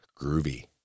groovy